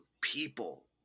people